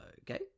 okay